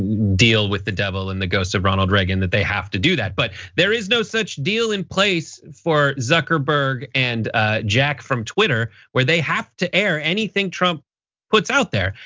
deal with the devil and the ghosts of ronald reagan that they have to do that. but there is no such deal in place for zuckerberg and jack from twitter where they have to air anything trump puts out there.